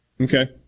Okay